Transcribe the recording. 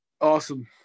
Awesome